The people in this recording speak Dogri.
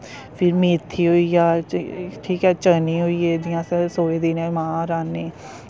फिर मेथी होई गेई ठीक ऐ चने होई गे जि'यां अस सोहे दिनें मांह् राह्न्ने